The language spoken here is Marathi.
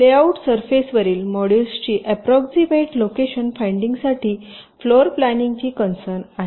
लेआऊट सरफेसवरील मॉड्यूल्सची अँप्रॉक्सिमेंट लोकेशन फाईंडिंगसाठी फ्लोर प्लॅनिंग ची कन्सर्न आहे